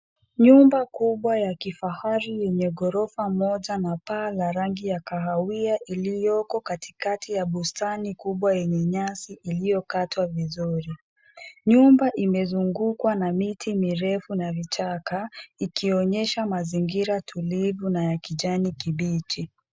Nyumba kubwa ya kifahari yenye ghorofa moja na paa la rangi ya kahawia ilioko katikati ya bustani kubwa yenye nyasi iliokatwa vizuri. Nyumba imezungukwa na miti mirefu na vichaka ikionyesha mazingira tulivu na ya kijani kibichi.